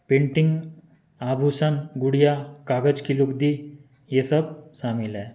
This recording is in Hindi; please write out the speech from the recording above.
प्रिंटिंग आभूषण गुड़िया कागज की लुगदी ये सब शामिल हैं